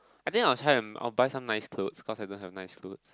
I think I will try and I will buy some nice clothes cause I don't have nice clothes